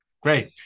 Great